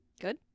good